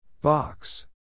Box